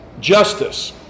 justice